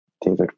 David